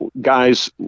guys